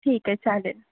ठीक आहे चालेल